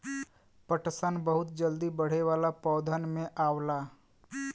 पटसन बहुत जल्दी बढ़े वाला पौधन में आवला